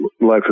life